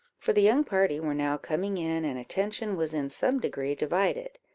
for the young party were now coming in, and attention was in some degree divided.